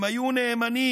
/ הם היו נאמנים,